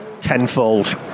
tenfold